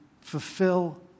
fulfill